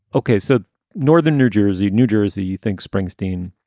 ok, so northern new jersey. new jersey, you think springsteen?